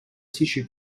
tissue